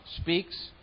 speaks